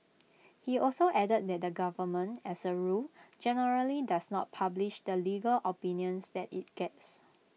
he also added that the government as A rule generally does not publish the legal opinions that IT gets